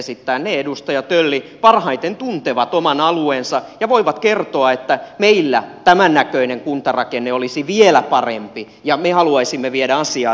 ne edustaja tölli parhaiten tuntevat oman alueensa ja voivat kertoa että meillä tämän näköinen kuntarakenne olisi vielä parempi ja me haluaisimme viedä asiaa tähän suuntaan